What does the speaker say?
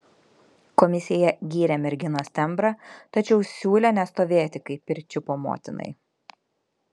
komisija gyrė merginos tembrą tačiau siūlė nestovėti kaip pirčiupio motinai